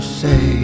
say